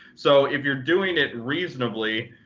so if you're doing it reasonably,